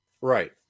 Right